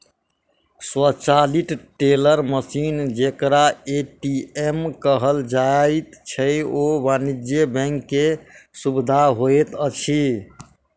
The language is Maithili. स्वचालित टेलर मशीन जेकरा ए.टी.एम कहल जाइत छै, ओ वाणिज्य बैंक के सुविधा होइत अछि